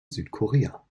südkorea